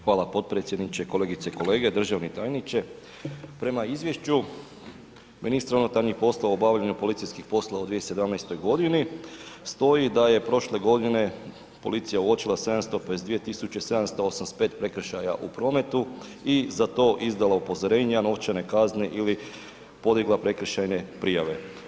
Hvala potpredsjedniče, kolegice i kolege, državni tajniče, prema izvješću ministra unutarnjih poslova u obavljanju policijskih poslova u 2107.g. stoji da je prošle godine policija uočila 722785 prekršaja u prometu i za to izdala upozorenja, novčane kazne ili podigla prekršajne prijave.